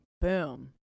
boom